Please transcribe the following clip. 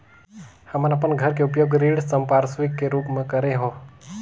हमन अपन घर के उपयोग ऋण संपार्श्विक के रूप म करे हों